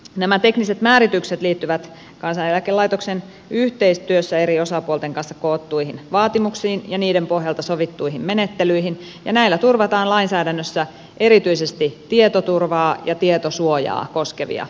nämä tekniset määritykset liittyvät kansaneläkelaitoksen yhteistyössä eri osapuolten kanssa kokoamiin vaatimuksiin ja niiden pohjalta sovittuihin menettelyihin ja näillä turvataan lainsäädännössä erityisesti tietoturvaa ja tietosuojaa koskevia vaatimuksia